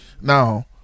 Now